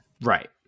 right